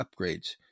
upgrades